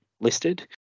listed